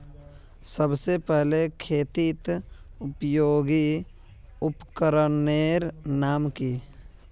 सबसे पहले खेतीत उपयोगी उपकरनेर नाम की?